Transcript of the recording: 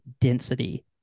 density